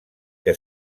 que